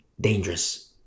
dangerous